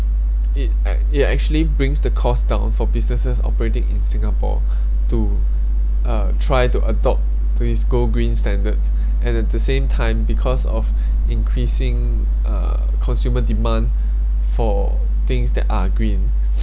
it ac~ it actually brings the cost down for businesses operating in singapore to uh try to adopt these gold green standards and at the same time because of increasing uh consumer demand for things that are green